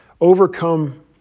overcome